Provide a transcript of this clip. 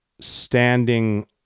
standing